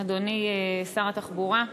אדוני שר התחבורה,